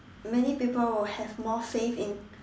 many people will have more faith in